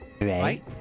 Right